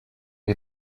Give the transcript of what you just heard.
you